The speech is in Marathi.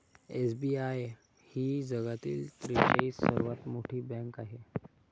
एस.बी.आय ही जगातील त्रेचाळीस सर्वात मोठी बँक आहे